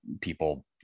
people